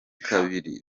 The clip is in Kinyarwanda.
kabiri